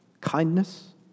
kindness